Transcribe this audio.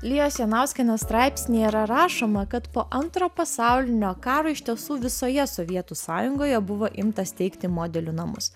lijos janauskienės straipsnyje yra rašoma kad po antro pasaulinio karo iš tiesų visoje sovietų sąjungoje buvo imta steigti modelių namus